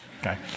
Okay